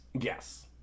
Yes